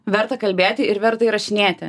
verta kalbėti ir verta įrašinėti